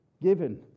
given